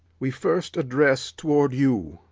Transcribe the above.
we first address toward you,